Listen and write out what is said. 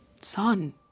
son